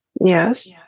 yes